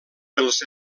pels